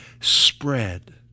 spread